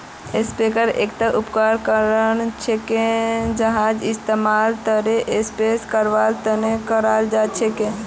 sprayer एकता उपकरण छिके जहार इस्तमाल तरल स्प्रे करवार तने कराल जा छेक